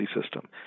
system